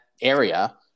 area –